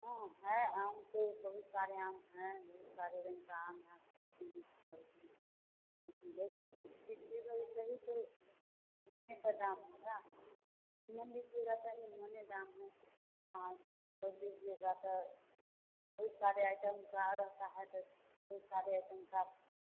हाँ है आम तो बहुत सारे आम हैं बहुत सारे रंग का आम है बहुत दीजिएगा सही तो दाम होगा ना लीजिएगा तो निमने दाम होगा हाँ दब लीजिएगा तो बहुत सारे आइटम्स आ जाता है तो बहुत सारे आइटम्स आप